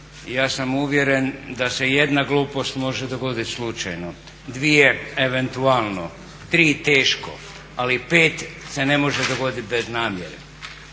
ja sam uvjeren da se jedna glupost može dogoditi slučajno, dvije eventualno, tri teško, ali pet se ne može dogoditi bez namjere.